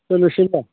दोननोसै होनबा